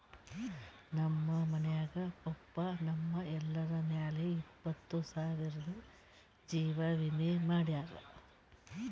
ನಮ್ ಮನ್ಯಾಗ ಪಪ್ಪಾ ನಮ್ ಎಲ್ಲರ ಮ್ಯಾಲ ಇಪ್ಪತ್ತು ಸಾವಿರ್ದು ಜೀವಾ ವಿಮೆ ಮಾಡ್ಸ್ಯಾರ